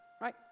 right